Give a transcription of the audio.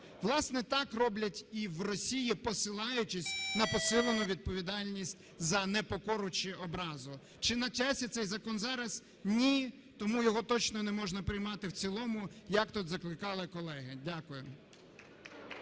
Власне, так роблять і в Росії, посилаючись на посилену відповідальність за непокору чи образу. Чи на часі цей закон зараз? Ні. Тому його точно не можна приймати в цілому, як тут закликали колеги. Дякую.